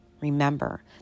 Remember